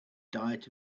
diet